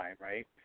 right